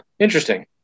Interesting